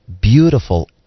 beautiful